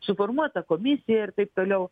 suformuota komisija ir taip toliau